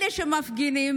אלה שמפגינים,